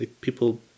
People